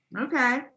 Okay